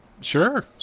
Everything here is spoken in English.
Sure